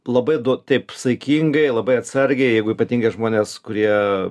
labai duot teip saikingai labai atsargiai jeigu ypatingai žmonės kurie